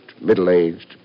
middle-aged